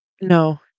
No